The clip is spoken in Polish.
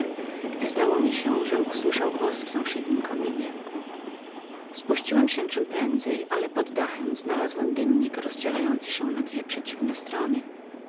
gdy zdało mi się żem usłyszał głos w sąsiednim kominie spuściłem się czem prędzej ale pod dachem znalazłem dymnik rozdzielający się na dwie przeciwne strony